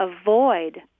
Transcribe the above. avoid